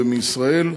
ומישראל,